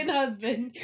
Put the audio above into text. husband